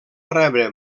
rebre